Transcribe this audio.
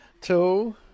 Two